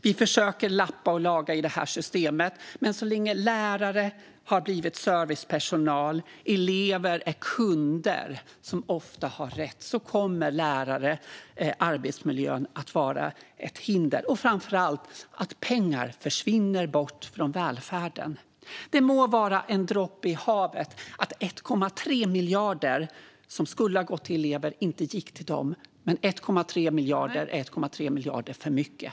Vi försöker lappa och laga i det här systemet, men så länge lärare är servicepersonal och elever är kunder som oftast har rätt kommer arbetsmiljön att vara ett hinder, och framför allt kommer pengar att fortsätta försvinna från välfärden. Det må vara en droppe i havet att 1,3 miljarder som skulle ha gått till elever inte gick till dem, men 1,3 miljarder är 1,3 miljarder för mycket.